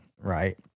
right